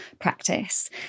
practice